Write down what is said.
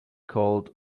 called